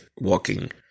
walking